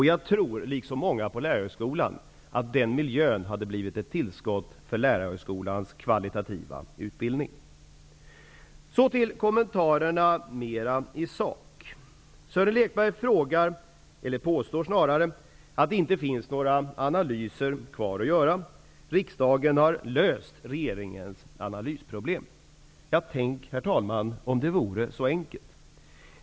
Jag tror också, liksom många på Lärarhögskolan, att den miljön hade blivit ett tillskott för lärarhögskolans kvalitativa utbildning. Så till kommentarer mera i sak. Sören Lekberg påstår att det inte finns några analyser kvar att göra. Riksdagen har löst regeringens analysproblem, säger Sören Lekberg. Ja tänk, herr talman, om det vore så enkelt!